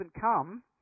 come